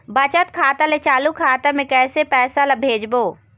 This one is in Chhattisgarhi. बचत खाता ले चालू खाता मे कैसे पैसा ला भेजबो?